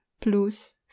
plus